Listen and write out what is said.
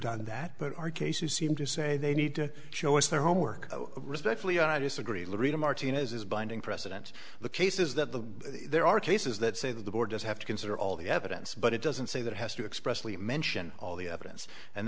done that but our case you seem to say they need to show us their homework respectfully i disagree lida martinez is binding precedent the case is that the there are cases that say that the board does have to consider all the evidence but it doesn't say that it has to expressly mention all the evidence and